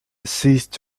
ceased